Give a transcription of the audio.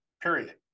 period